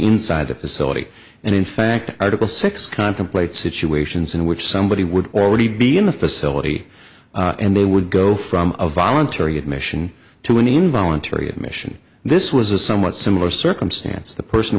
inside the facility and in fact article six contemplate situations in which somebody would already be in the facility and they would go from a voluntary admission to an involuntary admission this was a somewhat similar circumstance the person w